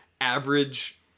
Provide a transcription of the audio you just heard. average